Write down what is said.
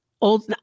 Old